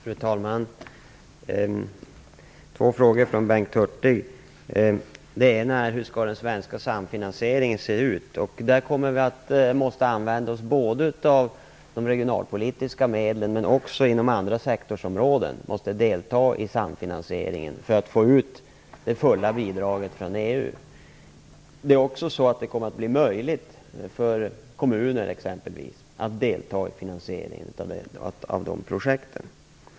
Fru talman! Jag fick två frågor från Bengt Hurtig. Den ena gäller hur den svenska samfinansieringen skall se ut. Vi måste använda oss av de regionalpolitiska medlen, men också andra sektorsområden måste delta i samfinansieringen för att man skall få ut hela bidraget från EU. Det kommer också att bli möjligt för exempelvis kommuner att delta i finansieringen av dessa projekt.